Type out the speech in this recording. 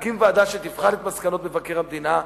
להקים ועדה שתבחן את מסקנות מבקר המדינה,